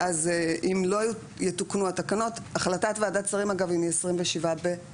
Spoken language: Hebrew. ואז אם לא יתוקנו התקנות החלטת ועדת השרים אגב היא מ-27 בפברואר,